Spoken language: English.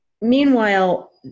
Meanwhile